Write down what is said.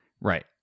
Right